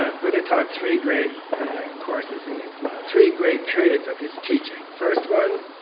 buddha taught three great courses in his life three great periods of his teaching. first one?